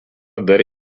dar